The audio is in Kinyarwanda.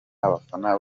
abafana